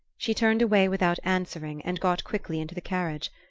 she turned away without answering and got quickly into the carriage.